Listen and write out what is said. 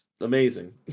amazing